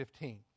15